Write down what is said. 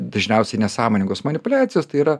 dažniausiai nesąmoningos manipuliacijos tai yra